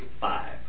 five